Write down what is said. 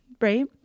right